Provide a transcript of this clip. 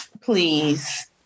Please